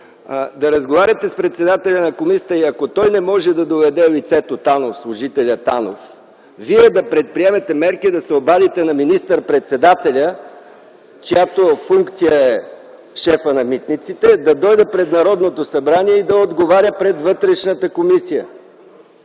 Да разговаряте с председателя на комисията и, ако той не може да доведе лицето Танов, служителят Танов, Вие да предприемете мерки, да се обадите на министър-председателя, чиято функция е, шефът на митниците да дойде в Народното събрание и да отговаря пред Вътрешната комисия.